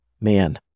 man